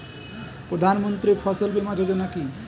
প্রধানমন্ত্রী ফসল বীমা যোজনা কি?